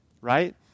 right